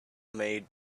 made